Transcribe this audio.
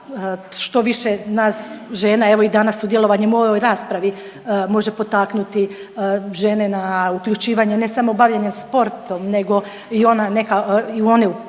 što više nas žena evo i danas, sudjelovanjem u ovoj raspravi može potaknuti žene na uključivanje, ne samo bavljenje sportom nego i ona neka,